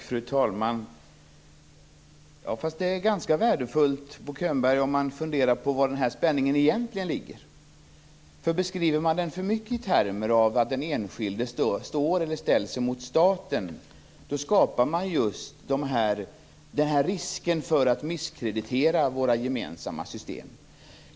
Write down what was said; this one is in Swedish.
Fru talman! Det är värdefullt, Bo Könberg, att fundera över var spänningen egentligen ligger. Beskriver man den för mycket i termer av att den enskilde ställs mot staten, då skapar man risken för att misskreditera våra gemensamma system.